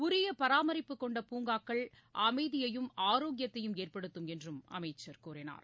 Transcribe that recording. உரியபராமரிப்பு கொண்ட பூங்காக்கள் அமைதியையும் ஆரோக்கியத்தையும் ஏற்படுத்தும் என்றும் அமைச்சர் கூறினார்